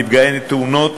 נפגעי תאונות,